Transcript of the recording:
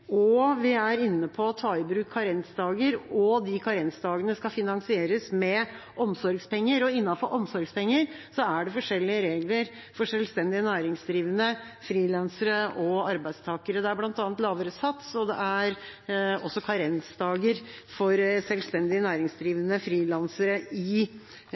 vårt er vi inne både på satsendringer og på å ta i bruk karensdager, og de karensdagene skal finansieres med omsorgspenger. Innenfor omsorgspenger er det forskjellige regler for selvstendig næringsdrivende, frilansere og arbeidstakere. Det er bl.a. lavere sats, og også karensdager, for selvstendig næringsdrivende og frilansere i